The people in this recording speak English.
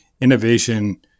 innovation